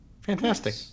fantastic